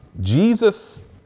Jesus